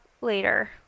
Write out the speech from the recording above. later